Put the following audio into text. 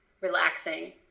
Relaxing